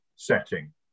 Setting